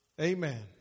Amen